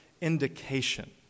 indication